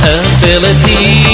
ability